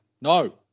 No